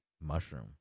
mushroom